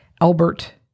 Albert